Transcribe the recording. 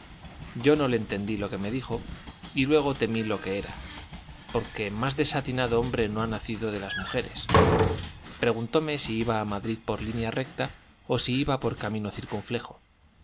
yo no le entendí lo que me dijo y luego temí lo que era porque más desatinado hombre no ha nacido de las mujeres preguntóme si iba a madrid por línea recta o si iba por camino circunflejo